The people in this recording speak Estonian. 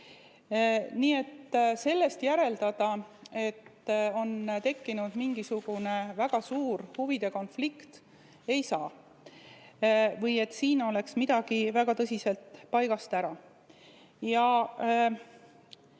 Sellest järeldada, et on tekkinud mingisugune väga suur huvide konflikt või et siin oleks midagi väga tõsiselt paigast ära,